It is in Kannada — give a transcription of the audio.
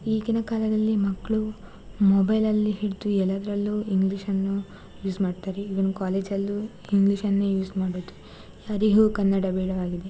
ಈಗಿನ ಕಾಲದಲ್ಲಿ ಮಕ್ಕಳು ಮೊಬೈಲಲ್ಲಿ ಹಿಡಿದು ಎಲ್ಲದರಲ್ಲೂ ಇಂಗ್ಲೀಷನ್ನು ಯೂಸ್ ಮಾಡ್ತಾರೆ ಈವನ್ ಕಾಲೇಜಲ್ಲೂ ಇಂಗ್ಲೀಷನ್ನೇ ಯೂಸ್ ಮಾಡೋದು ಯಾರಿಗೂ ಕನ್ನಡ ಬೇಡವಾಗಿದೆ